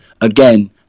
again